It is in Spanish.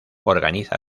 organiza